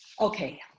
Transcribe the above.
Okay